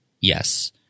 Yes